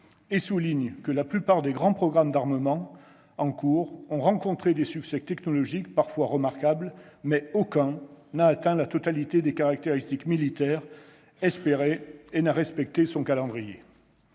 et souligne que « la plupart des grands programmes en cours ont rencontré des succès technologiques parfois remarquables, mais aucun n'a atteint la totalité des caractéristiques militaires espérées et n'a respecté son calendrier